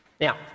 Now